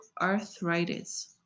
arthritis